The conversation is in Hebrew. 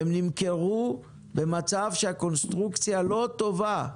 והם נמכרו במצב שהקונסטרוקציה לא טובה.